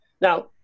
Now